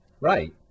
Right